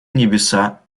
небеса